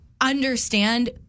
understand